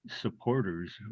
supporters